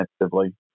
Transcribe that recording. defensively